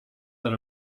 that